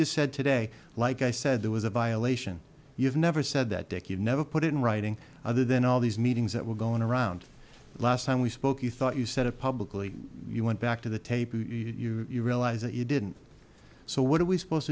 just said today like i said there was a violation you have never said that dick you never put it in writing other than all these meetings that were going around last time we spoke you thought you said it publicly you went back to the tape you realize that you didn't so what are we supposed